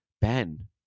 Ben